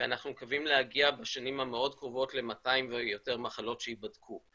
ואנחנו מקווים להגיע בשנים המאוד קרובות ל-200 ויותר מחלות שייבדקו.